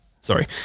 Sorry